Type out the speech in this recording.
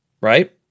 right